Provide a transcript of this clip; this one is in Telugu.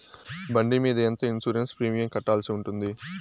బండి మీద ఎంత ఇన్సూరెన్సు ప్రీమియం కట్టాల్సి ఉంటుంది?